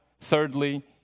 thirdly